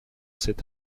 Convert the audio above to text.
cet